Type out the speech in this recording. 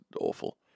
awful